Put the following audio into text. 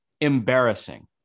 embarrassing